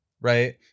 right